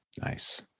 Nice